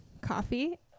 coffee